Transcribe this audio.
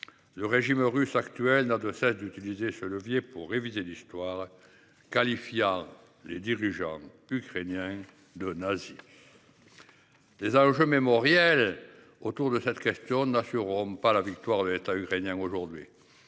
Le régime russe actuel n'a de cesse d'utiliser ce levier pour réviser l'histoire. Qualifiant les dirigeants ukrainiens de nazis. Les enjeux mémoriels autour de cette question n'assureront pas la victoire de l'État ukrainien aujourd'hui.